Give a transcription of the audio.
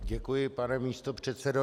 Děkuji, pane místopředsedo.